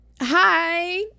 Hi